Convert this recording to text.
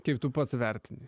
kaip tu pats vertini